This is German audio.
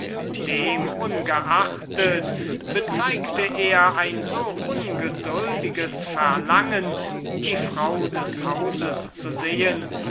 ungeachtet bezeugte er ein so ungeduldiges verlangen die dame des hauses zu sehen